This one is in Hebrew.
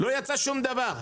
לא יצא שום דבר,